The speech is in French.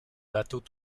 bateaux